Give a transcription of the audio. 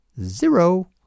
zero